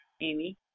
Amy